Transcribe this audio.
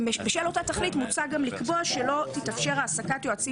בשל אותה תכלית מוצע גם לקבוע שלא תתאפשר העסקת יועצים